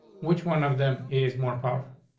which one of them is more powerful.